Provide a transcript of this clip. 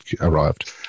arrived